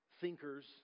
thinkers